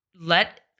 let